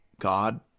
God